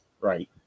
right